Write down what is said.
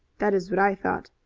that is what i thought.